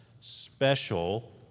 special